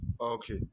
okay